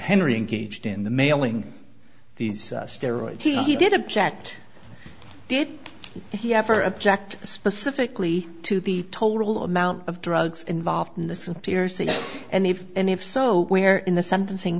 in the mailing these steroids he did object did he ever object specifically to the total amount of drugs involved in this and piercing and if and if so where in the sentencing